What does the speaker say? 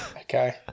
Okay